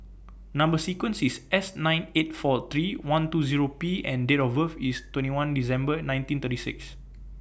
Number sequence IS S nine eight four three one two Zero P and Date of birth IS twenty one December nineteen thirty six